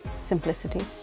simplicity